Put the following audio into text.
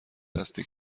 دستی